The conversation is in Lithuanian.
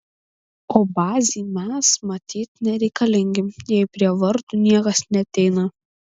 o bazei mes matyt nereikalingi jei prie vartų niekas neateina